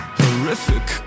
horrific